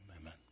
amen